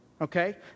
okay